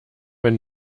wenn